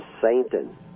Satan